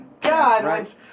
god